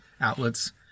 outlets